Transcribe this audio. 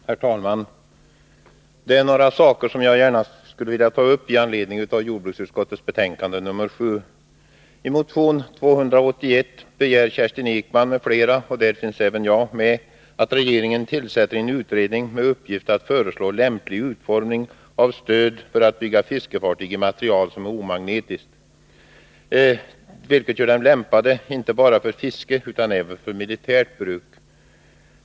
Herr talman! Det är några saker som jag gärna skulle vilja ta upp med anledning av jordbruksutskottets betänkande nr 7. I motion 1981/82:281 begär Kerstin Ekman m.fl. — där finns även jag med —- att regeringen tillsätter en utredning med uppgift att föreslå lämplig utformning av stöd för att bygga fiskefartyg i material som är omagnetiskt, vilket gör dem lämpade inte bara för fiske utan även för militärt bruk.